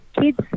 kids